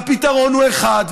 והפתרון הוא אחד,